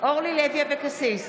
אורלי לוי אבקסיס,